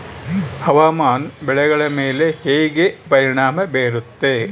ಹವಾಮಾನ ಬೆಳೆಗಳ ಮೇಲೆ ಹೇಗೆ ಪರಿಣಾಮ ಬೇರುತ್ತೆ?